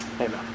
Amen